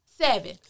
Seven